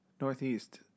northeast